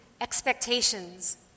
expectations